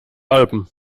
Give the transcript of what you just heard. alpen